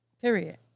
Period